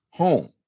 Home